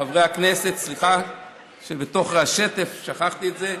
חברי הכנסת, סליחה שבתוך השטף שכחתי את זה.